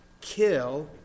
kill